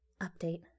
Update